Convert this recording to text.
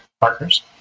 partners